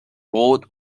brot